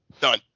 Done